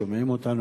ושומעים אותנו,